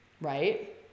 right